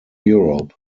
europe